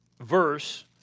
verse